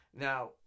Now